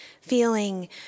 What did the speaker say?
Feeling